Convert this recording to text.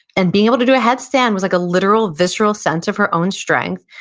and being able to do a headstand was like a literal, visceral sense of her own strength,